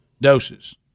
doses